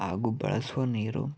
ಹಾಗೂ ಬಳಸುವ ನೀರು